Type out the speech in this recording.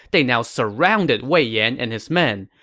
they now surrounded wei yan and his men.